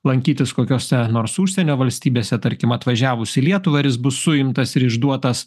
lankytis kokiose nors užsienio valstybėse tarkim atvažiavus į lietuvą ar jis bus suimtas ir išduotas